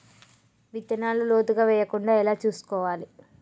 విత్తనాలు లోతుగా వెయ్యకుండా ఎలా చూసుకోవాలి?